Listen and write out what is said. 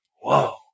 Whoa